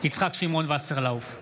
יצחק שמעון וסרלאוף,